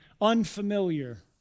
unfamiliar